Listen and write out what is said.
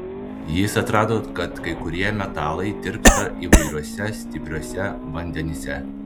jis atrado kad kai kurie metalai tirpsta įvairiuose stipriuose vandenyse